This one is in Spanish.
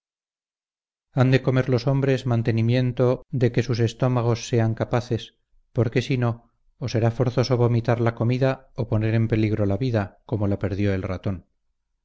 han de comer los hombres mantenimiento de que sus estómagos sean capaces porque si no o será forzoso vomitar la comida o poner en peligro la vida como la perdió el ratón